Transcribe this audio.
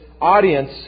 audience